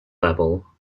level